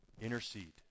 Intercede